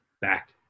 back